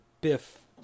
Biff